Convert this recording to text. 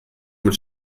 mit